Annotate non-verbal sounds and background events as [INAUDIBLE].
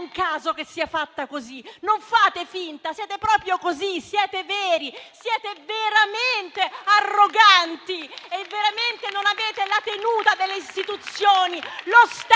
caso che sia fatta così; non fate finta, siete proprio così; siete veri, siete veramente arroganti. [APPLAUSE] Davvero non avete la tenuta delle istituzioni, lo